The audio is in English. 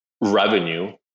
revenue